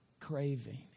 Craving